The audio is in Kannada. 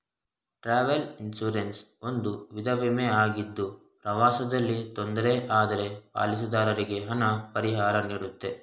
ಟ್ರಾವೆಲ್ ಇನ್ಸೂರೆನ್ಸ್ ಒಂದು ವಿಧ ವಿಮೆ ಆಗಿದ್ದು ಪ್ರವಾಸದಲ್ಲಿ ತೊಂದ್ರೆ ಆದ್ರೆ ಪಾಲಿಸಿದಾರರಿಗೆ ಹಣ ಪರಿಹಾರನೀಡುತ್ತೆ